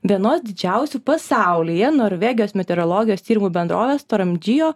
vienos didžiausių pasaulyje norvegijos meteorologijos tyrimų bendrovės toramdžijo